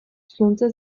slunce